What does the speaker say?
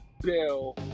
Bill